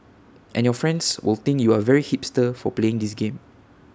and your friends will think you are very hipster for playing this game